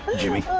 jimmy,